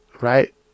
right